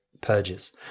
purges